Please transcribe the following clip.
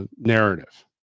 narrative